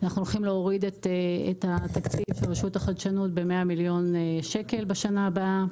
אנחנו הולכים להוריד את תקציב רשות החדשנות ב-100 מיליון שקל בשנה הבאה,